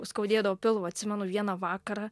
skaudėdavo pilvą atsimenu vieną vakarą